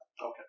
Okay